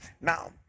Now